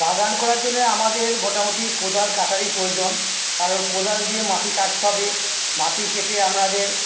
বাগান করার জন্যে আমাদের মোটামোটি কোদাল কাটারি প্রয়োজন কারণ কোদাল দিয়ে মাটি কাটতে হবে মাটি কেটে আমাদের